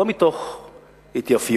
לא מתוך התייפייפות,